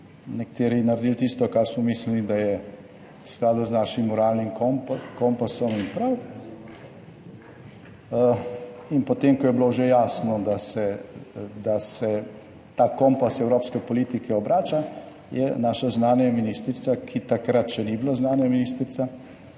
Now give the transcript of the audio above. nekateri naredili tisto, kar smo mislili, da je v skladu z našim moralnim kompasom in prav, in potem, ko je bilo že jasno, da se, da se ta kompas evropske politike obrača, je naša zunanja ministrica, ki takrat še ni bila zunanja ministrica,